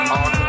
on